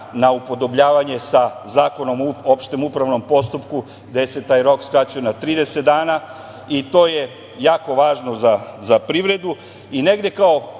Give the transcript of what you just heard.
na upodobljavanje sa Zakonom o opštem upravnom postupku gde se taj rok skraćuje na 30 dana i to je jako važno za privredu i negde kao,